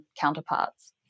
counterparts